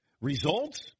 Results